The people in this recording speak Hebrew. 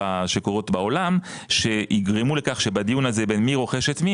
שקורות בעולם שיגרמו לכך שבדיון הזה בין מי רוכש את מי,